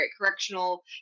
Correctional